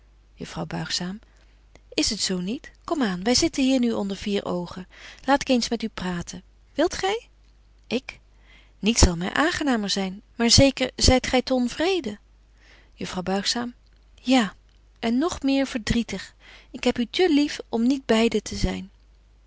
juffrouw buigzaam is het zo niet kom aan wy zitten hier nu onder vier oogen laat ik eens met u praten wilt gy ik niets zal my aangenamer zyn maar zeker zyt gy t'onvreden juffrouw buigzaam ja en nog meer verdrietig ik heb u te lief om niet beide te zyn